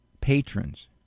patrons